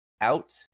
out